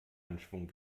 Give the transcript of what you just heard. anschwung